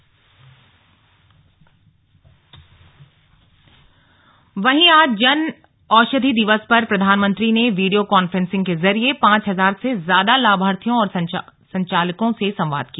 slug Jan Aushadhi Diwas वहीं आज जन औषधि दिवस पर प्रधानमंत्री ने वीडियो कांफ्रेंसिंग के जरिये पांच हजार से ज्यादा लाभार्थियों और संचालकों से संवाद किया